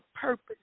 purpose